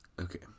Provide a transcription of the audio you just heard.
Okay